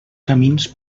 camins